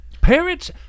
Parents